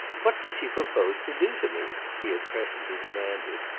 what does she propose to do to me? he had presently demanded.